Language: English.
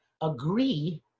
agree